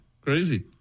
crazy